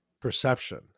perception